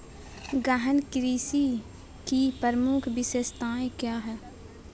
गहन कृषि की प्रमुख विशेषताएं क्या है?